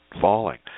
falling